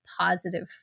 positive